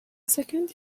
second